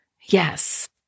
Yes